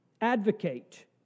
advocate